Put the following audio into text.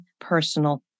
personal